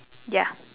ya